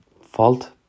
fault